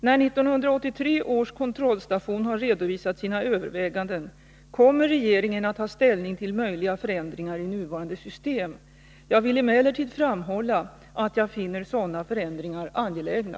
När 1983 års kontrollstation har redovisat sina överväganden kommer regeringen att ta ställning till möjliga förändringar i nuvarande system. Jag vill emellertid framhålla att jag finner sådana förändringar angelägna.